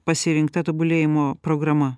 pasirinkta tobulėjimo programa